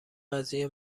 قضیه